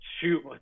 shoot